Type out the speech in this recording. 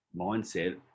mindset